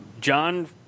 John